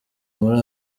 muri